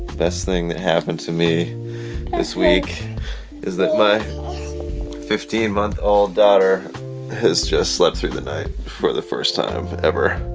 best thing that happened to me this week is that my fifteen month old daughter has just slept through the night for the first time ever.